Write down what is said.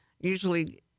usually